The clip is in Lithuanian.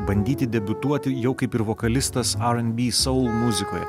bandyti debiutuoti jau kaip ir vokalistas ar en bi soul muzikoje